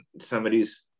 somebody's